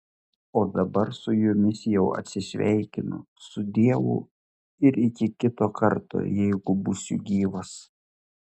o dabar su jumis jau atsisveikinu sudieu ir iki kito karto jeigu būsiu gyvas